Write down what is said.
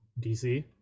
DC